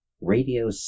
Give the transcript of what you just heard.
radio